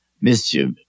mischief